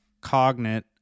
cognate